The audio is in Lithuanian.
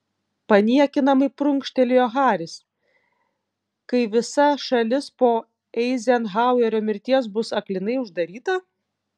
paniekinamai prunkštelėjo haris kai visa šalis po eizenhauerio mirties bus aklinai uždaryta